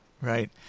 Right